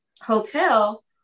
hotel